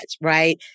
right